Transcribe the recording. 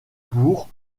bourg